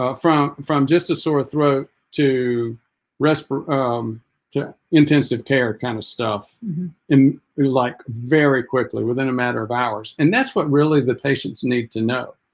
ah from from just a sore throat to rest um intensive care kind of stuff and like very quickly within a matter of hours and that's what really the patients need to know